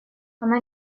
оно